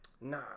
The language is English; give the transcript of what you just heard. Nah